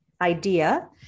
idea